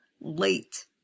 late